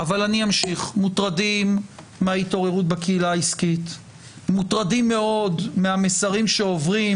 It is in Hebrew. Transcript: אדוני יושב-ראש הוועדה הזמני, ממלא המקום הקבוע,